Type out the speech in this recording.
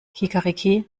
kikeriki